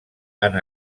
han